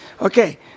Okay